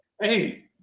Hey